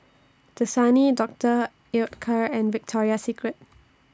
Dasani Doctor Oetker and Victoria Secret